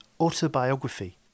autobiography